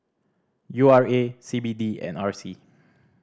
U R A C B D and R C